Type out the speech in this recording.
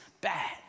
bad